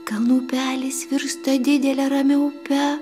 kalnų upelis virsta didele ramia upe